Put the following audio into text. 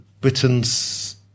Britain's